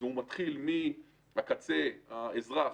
הוא מתחיל מהקצה האזרח,